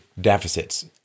deficits